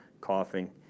coughing